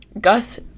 Gus